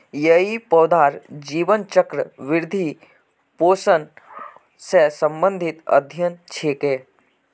यई पौधार जीवन चक्र, वृद्धि, पोषण स संबंधित अध्ययन छिके